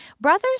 Brothers